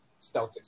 Celtics